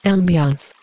Ambiance